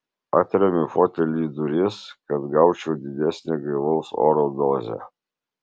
atremiu fotelį į duris kad gaučiau didesnę gaivaus oro dozę